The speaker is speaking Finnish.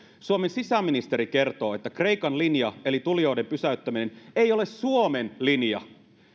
suomen sisäministeri kertoo että kreikan linja eli tulijoiden pysäyttäminen ei ole suomen linja